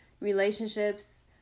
relationships